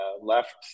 left